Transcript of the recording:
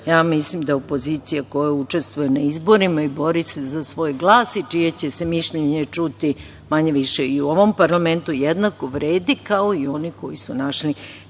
Ja mislim da opozicija koja učestvuje na izborima, bori se za svoj glas i čije će se mišljenje čuti manje-više i u ovom parlamentu jednako vredi kao i oni koji su našli neki